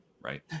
right